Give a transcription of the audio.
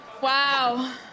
Wow